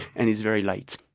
and it's very light.